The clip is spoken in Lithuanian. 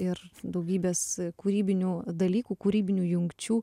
ir daugybės kūrybinių dalykų kūrybinių jungčių